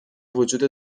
وجود